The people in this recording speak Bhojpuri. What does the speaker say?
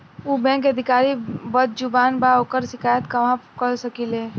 उ बैंक के अधिकारी बद्जुबान बा ओकर शिकायत कहवाँ कर सकी ले